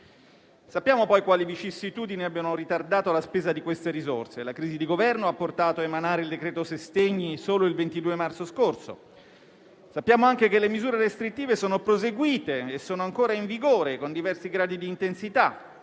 Sappiamo poi quali vicissitudini abbiano ritardato la spesa di quelle risorse. La crisi di Governo ha portato a emanare il decreto-legge sostegni solo il 22 marzo scorso; sappiamo anche che le misure restrittive sono proseguite e sono ancora in vigore, con diversi gradi di intensità.